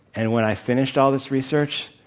and when i finished all this research,